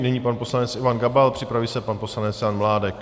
Nyní pan poslanec Ivan Gabal, připraví se pan poslanec Jan Mládek.